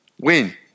Win